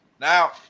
Now